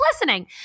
listening